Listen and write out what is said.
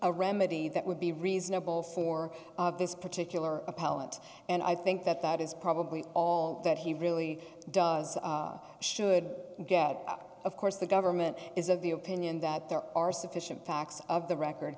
a remedy that would be reasonable for this particular appellant and i think that that is probably all that he really does should get of course the government is of the opinion that there are sufficient facts of the record